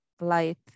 light